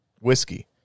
whiskey